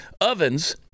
ovens